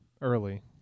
early